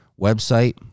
website